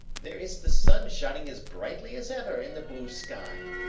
there is the sun shining as brightly as ever in the blue sky.